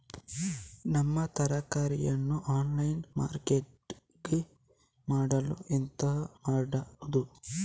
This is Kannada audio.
ನಮ್ಮ ತರಕಾರಿಯನ್ನು ಆನ್ಲೈನ್ ಮಾರ್ಕೆಟಿಂಗ್ ಮಾಡಲು ಎಂತ ಮಾಡುದು?